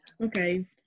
Okay